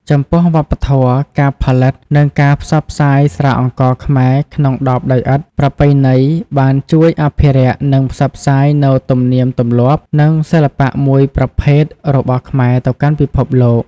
ចំពោះវប្បធម៌ ការផលិត និងការផ្សព្វផ្សាយស្រាអង្ករខ្មែរក្នុងដបដីឥដ្ឋប្រពៃណីបានជួយ អភិរក្ស និងផ្សព្វផ្សាយ នូវទំនៀមទម្លាប់ និងសិល្បៈមួយប្រភេទរបស់ខ្មែរទៅកាន់ពិភពលោក។